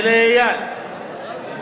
ולאייל,